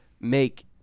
make